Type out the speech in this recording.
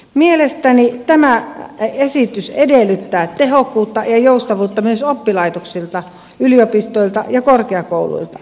mielestäni tämä esitys edellyttää tehokkuutta ja joustavuutta myös oppilaitoksilta yliopistoilta ja korkeakouluilta